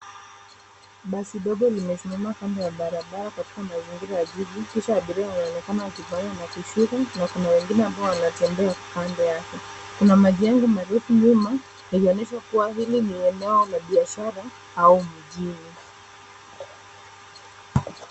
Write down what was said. Basi dogo limesimama kando ya barabara katika mazingira ya jiji. Kisha abiria wanaonekana wakipanda na kushuka na kuna wengine ambao wanatembea kando yake. Kuna majengo marefu nyuma, yaliyoonyeshwa kuwa hii ni eneo la biashara au mjini.